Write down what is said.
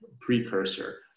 precursor